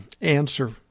answer